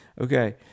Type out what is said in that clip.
Okay